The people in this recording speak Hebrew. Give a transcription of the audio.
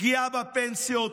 פגיעה בפנסיות,